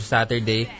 Saturday